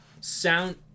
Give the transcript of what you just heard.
Sound